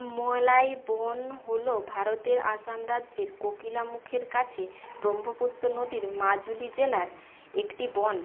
মোলাই বন হলো ভারতের আসাম রাজ্যের কোকিলামুখের কাছে ব্রহ্মপুত্র নদীর মাজুলি জেলার একটি বন